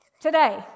today